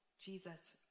jesus